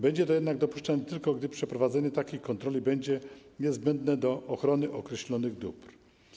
Będzie to jednak dopuszczane tylko wtedy, gdy przeprowadzenie takiej kontroli będzie niezbędne do ochrony określonych dóbr.